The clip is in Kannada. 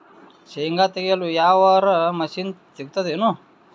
ಶೇಂಗಾ ತೆಗೆಯಲು ಯಾವರ ಮಷಿನ್ ಸಿಗತೆದೇನು?